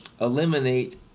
eliminate